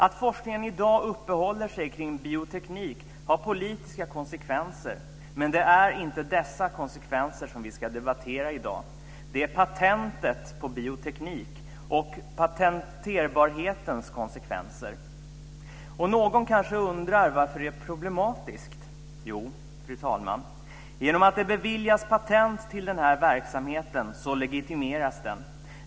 Att forskningen i dag uppehåller sig kring bioteknik har politiska konsekvenser, men det är inte dessa konsekvenser som vi ska debattera nu, utan det är frågorna om patent på bioteknik och patenterbarhetens konsekvenser. Någon kanske undrar varför detta är problematiskt. Jo, fru talman, genom att det beviljas patent till den här verksamheten legitimeras den.